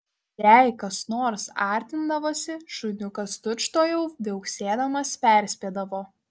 jei kas nors artindavosi šuniukas tučtuojau viauksėdamas perspėdavo